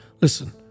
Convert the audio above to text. Listen